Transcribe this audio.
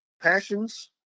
passions